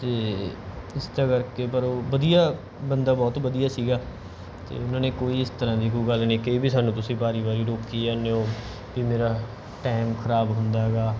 ਅਤੇ ਇਸ ਤਰ੍ਹਾਂ ਕਰਕੇ ਪਰ ਉਹ ਵਧੀਆ ਬੰਦਾ ਬਹੁਤ ਵਧੀਆ ਸੀਗਾ ਅਤੇ ਉਹਨਾਂ ਨੇ ਕੋਈ ਇਸ ਤਰ੍ਹਾਂ ਦੀ ਕੋਈ ਗੱਲ ਨਹੀਂ ਕਹੀ ਵੀ ਸਾਨੂੰ ਤੁਸੀਂ ਵਾਰ ਵਾਰ ਰੋਕੀ ਜਾਂਦੇ ਹੋ ਵੀ ਮੇਰਾ ਟਾਈਮ ਖਰਾਬ ਹੁੰਦਾ ਹੈਗਾ